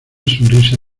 sonrisa